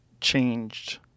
changed